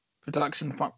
production